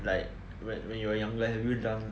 like when when you were younger have you done